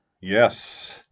Yes